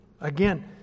Again